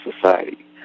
society